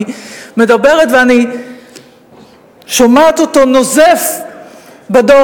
אני מדברת ואני שומעת אותו נוזף בדור